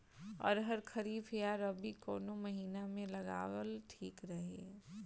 अरहर खरीफ या रबी कवने महीना में लगावल ठीक रही?